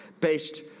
based